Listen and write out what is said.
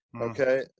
okay